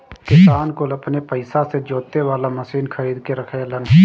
किसान कुल अपने पइसा से जोते वाला मशीन खरीद के रखेलन